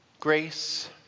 grace